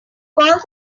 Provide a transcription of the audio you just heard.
called